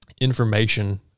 information